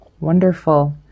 Wonderful